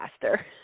faster